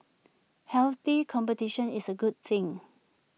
healthy competition is A good thing